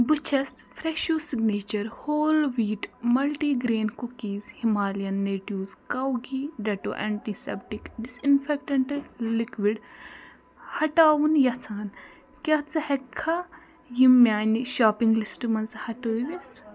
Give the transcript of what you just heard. بہٕ چھَس Fresho signature whole wheat multigrain cookies Himalayan natives cow ghee Dettol antiseptic disinfectant liquid ہٹاوُن یَژھان کیٛاہ ژٕ ہٮ۪کٕکھا یِم میٛانہِ شاپنٛگ لِسٹہٕ منٛز ہٹٲوِتھ